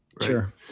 Sure